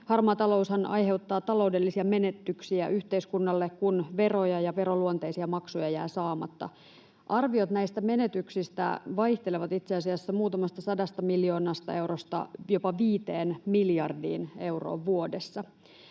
Harmaa taloushan aiheuttaa taloudellisia menetyksiä yhteiskunnalle, kun veroja ja veronluonteisia maksuja jää saamatta. Arviot näistä menetyksistä vaihtelevat itse asiassa muutamasta sadasta miljoonasta eurosta jopa viiteen miljardiin euroon vuodessa.